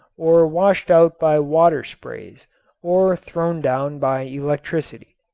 or washed out by water sprays or thrown down by electricity.